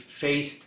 faced